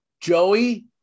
Joey